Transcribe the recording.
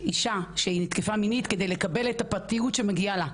אישה שהותקפה מינית כדי לקבל את הפרטיות שמגיעה לה.